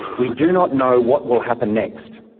we do not know what will happen next.